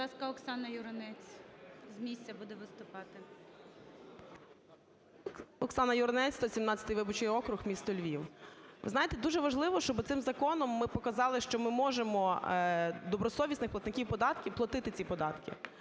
Ви знаєте, дуже важливо, щоби цим законом ми показали, що ми можемо добросовісних платників податків платити ці податки.